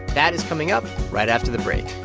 that is coming up right after the break